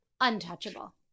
untouchable